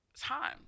time